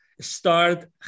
start